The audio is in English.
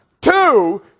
two